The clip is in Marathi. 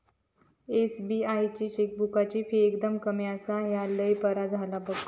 एस.बी.आई ची चेकबुकाची फी एकदम कमी आसा, ह्या लय बरा झाला बघ